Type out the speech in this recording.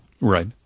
Right